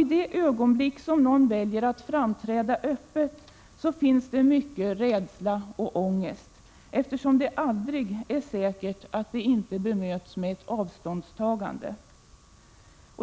I det ögonblick någon väljer att framträda öppet finns det mycken rädsla och ångest, eftersom det aldrig är säkert att de inte möts av avståndstagande.